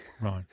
Right